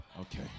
okay